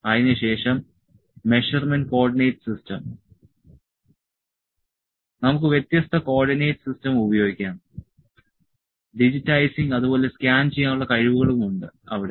അതിനുശേഷം measurement coordinates system നമുക്ക് വ്യത്യസ്ത കോർഡിനേറ്റ് സിസ്റ്റം ഉപയോഗിക്കാം ഡിജിറ്റൈസിങ്ങും അതുപോലെ സ്കാൻ ചെയ്യാനുള്ള കഴിവുകളും ഉണ്ട് അവിടെ